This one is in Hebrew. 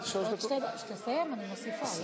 כשתסיים, אני מוסיפה.